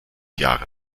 jahre